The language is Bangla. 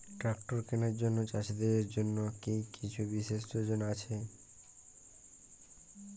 ট্রাক্টর কেনার জন্য চাষীদের জন্য কী কিছু বিশেষ যোজনা আছে কি?